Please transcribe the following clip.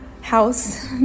house